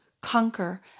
conquer